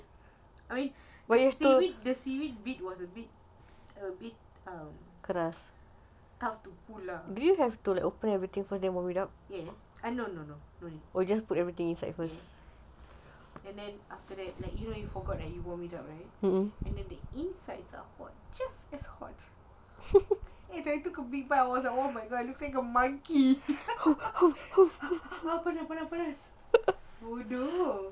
I mean the seaweed the seaweed bit was a bit hard to pull lah yes no no no no need and then after that like you know you forgot like you warm it up right and then the insides are hot just as hot eh itu like oh my god look like a monkey panas panas panas bodoh